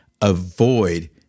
avoid